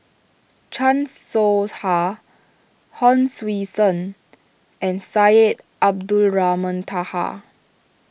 Chan Soh Ha Hon Sui Sen and Syed Abdulrahman Taha